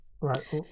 Right